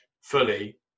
fully